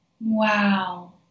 Wow